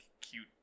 cute